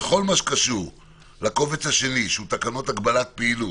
בכל מה שקשור לקובץ השני, שהוא תקנות הגבלת פעילות